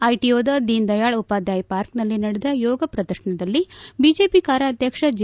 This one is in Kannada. ಐಟಿಒದ ದೀನ್ ದಯಾಳ್ ಉಪಾಧ್ವಾಯ ಪಾರ್ಕ್ನಲ್ಲಿ ನಡೆದ ಯೋಗ ಪ್ರದರ್ಶನದಲ್ಲಿ ಬಿಜೆಪಿ ಕಾರ್ಯಾಧ್ಯಕ್ಷ ಜೆ